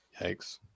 Yikes